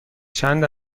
چند